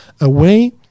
away